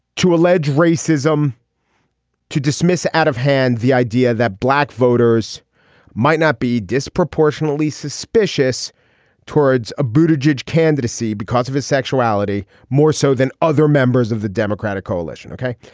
to allege racism to dismiss out of hand the idea that black voters might not be disproportionately suspicious towards a boot judge candidacy because of his sexuality more so than other members of the democratic coalition. ok.